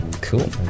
cool